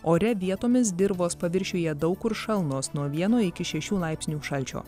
ore vietomis dirvos paviršiuje daug kur šalnos nuo vieno iki šešių laipsnių šalčio